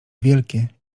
wielkie